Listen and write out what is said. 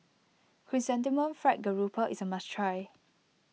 Chrysanthemum Fried Garoupa is a must try